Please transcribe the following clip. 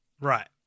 right